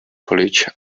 college